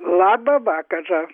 labą vakarą